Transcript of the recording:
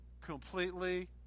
completely